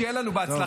שיהיה לנו בהצלחה,